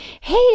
hey